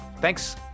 Thanks